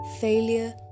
failure